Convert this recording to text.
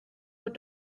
were